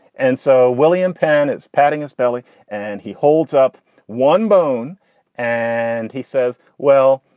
and so william penn is patting his belly and he holds up one bone and he says, well,